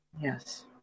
Yes